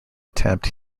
attempt